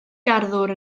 garddwr